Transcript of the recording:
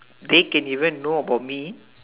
they can even know about me